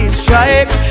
strike